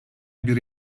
bir